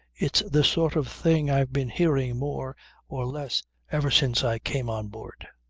it's the sort of thing i've been hearing more or less ever since i came on board.